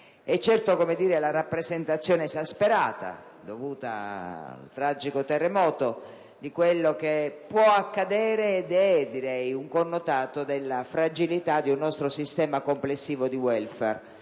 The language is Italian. è certo la rappresentazione esasperata, dovuta al tragico terremoto, di quello che può accadere, ma anche un connotato della fragilità del nostro sistema complessivo di Welfare.